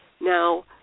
Now